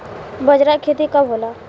बजरा के खेती कब होला?